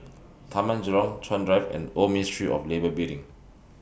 Taman Jurong Chuan Drive and Old Ministry of Labour Building